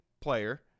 player